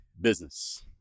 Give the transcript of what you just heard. business